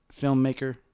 Filmmaker